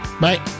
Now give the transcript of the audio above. Bye